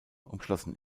umschlossen